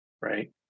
right